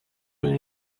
when